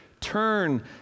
turn